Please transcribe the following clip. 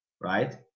right